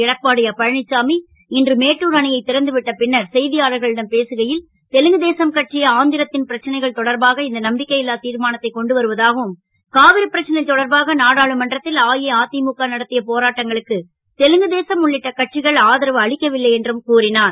Edappadi Palanisamy இன்று மேட்டூர் அணையைத் றந்துவிட்ட பின்னர் செ யாளர்களிடம் பேசுகை ல் தெலுங்குதேசம் கட்சி ஆந் ரத் ன் பிரச்சனைகள் தொடர்பாக இந்த நம்பிக்கை ல்லா திர்மானத்தைக் கொண்டு வருவதாகவும் காவிரி பிரச்சனை தொடர்பாக நாடாளுமன்றத் ல் அஇஅ முக நடத் ய போராட்டங்களுக்கு தெலுங்குதேசம் உள்ளிட்ட கட்சிகள் ஆதரவு அளிக்கவில்லை என்றும் கூறினார்